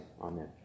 Amen